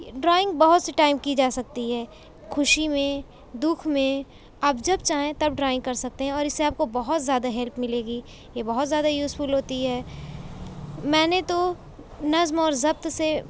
drawing بہت سے time کی جا سکتی ہے خوشی میں دکھ میں آپ جب چاہیں تب ڈرائنگ کر سکتے ہیں اور اس سے آپ کو بہت زیادہ ہیلپ ملے گی یہ بہت زیادہ یوزفل ہوتی ہے میں نے تو نظم اور ضبط سے